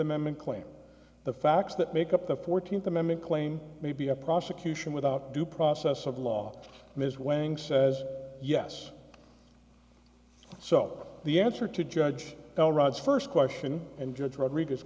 amendment claim the facts that make up the fourteenth amendment claim may be a prosecution without due process of law ms weighing says yes so the answer to judge bell rods first question and judge rodriguez